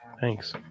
thanks